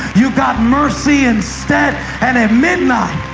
you got mercy instead. and at midnight,